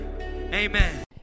Amen